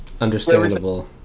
understandable